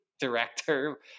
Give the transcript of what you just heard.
director